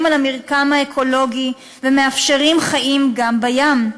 על המרקם האקולוגי ומאפשרים חיים גם בים,